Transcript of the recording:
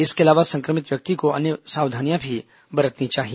इसके अलावा संक्रमित व्यक्ति को अन्य सावधानियां भी बरतनी चाहिए